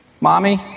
Mommy